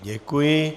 Děkuji.